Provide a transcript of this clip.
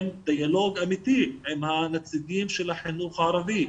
דיאלוג אמיתי עם הנציגים של החינוך הערבי.